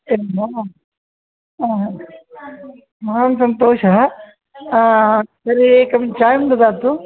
एवं वा महान् सन्तोषः तर्हि एकं चायं ददातु